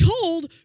told